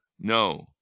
No